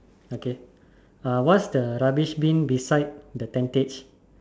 okay uh what's the rubbish bin beside the tentage